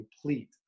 complete